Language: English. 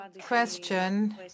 question